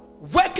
working